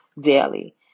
daily